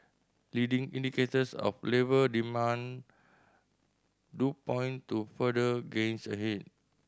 leading indicators of labour demand do point to further gains ahead